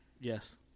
Yes